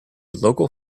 local